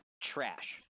trash